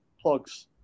plugs